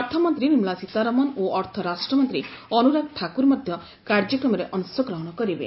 ଅର୍ଥମନ୍ତ୍ରୀ ନିର୍ମଳା ସୀତାରମଣ ଓ ଅର୍ଥରାଷ୍ଟ୍ରମନ୍ତ୍ରୀ ଅନୁରାଗ ଠାକୁର ମଧ୍ୟ କାର୍ଯ୍ୟକ୍ମରେ ଅଂଶଗ୍ହଣ କରିବେ